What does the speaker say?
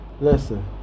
listen